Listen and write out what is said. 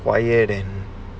quiet then